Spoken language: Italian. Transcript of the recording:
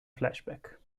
flashback